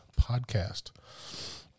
podcast